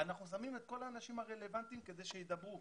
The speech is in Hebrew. אנחנו שמים את כל האנשים הרלוונטיים כדי שידברו.